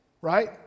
right